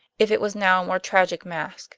if it was now a more tragic mask